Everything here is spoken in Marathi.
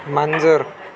मांजर